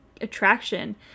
attraction